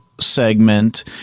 segment